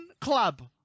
club